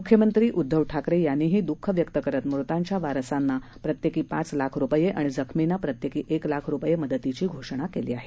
मुख्यमंत्री उद्दव ठाकरे यांनीही दुख व्यक्त करत मृतांच्या वारसांना प्रत्येकी पाच लाख रुपये आणि जखमींना प्रत्येकी एक लाख रुपये मदतीची घोषणा केली आहे